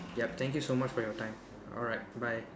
yup thank you so much for your time alright bye